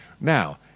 Now